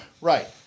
Right